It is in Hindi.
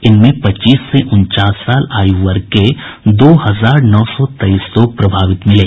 इनमें पच्चीस से उनचास साल आयु वर्ग के दो हजार नौ सौ तेईस लोग प्रभावित मिले